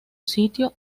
sitio